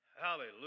Hallelujah